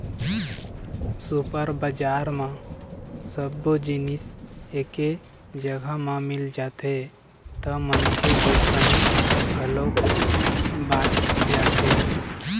super बजार म सब्बो जिनिस एके जघा म मिल जाथे त मनखे के समे घलोक बाच जाथे